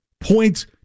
Points